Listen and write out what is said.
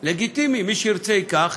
לגיטימי, מי שירצה ייקח,